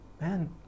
man